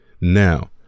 Now